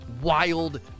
wild